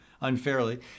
unfairly